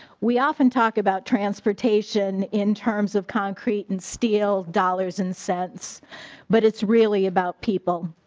we often talk about transportation in terms of concrete and steel dollars and cents but it's really about people.